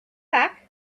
back